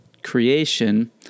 Creation